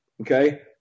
Okay